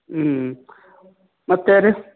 ಹ್ಞೂ ಮತ್ತು ರೀ